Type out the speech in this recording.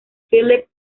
philip